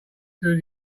through